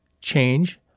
change